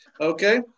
Okay